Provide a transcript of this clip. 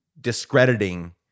discrediting